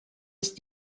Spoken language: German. ist